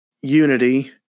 unity